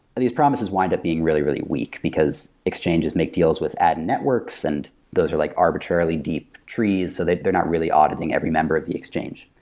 these promises windup being really, really weak, because exchanges make deals with ad networks and those are like arbitrarily deep trees, so they're not really auditing every member of the exchange.